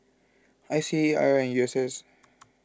I C A I R and U S S